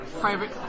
private